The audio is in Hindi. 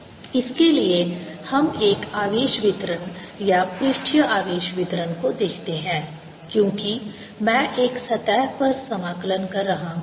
ds 4π3R3r2sinθsinϕ r≥R 4π3rsinθsinϕ r≤R इसके लिए हम एक आवेश वितरण या पृष्ठीय आवेश वितरण को देखते हैं क्योंकि मैं एक सतह पर समाकलन कर रहा हूं